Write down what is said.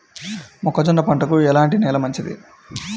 మొక్క జొన్న పంటకు ఎలాంటి నేల మంచిది?